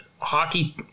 hockey